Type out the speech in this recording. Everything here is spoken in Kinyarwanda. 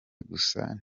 gusa